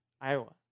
Iowa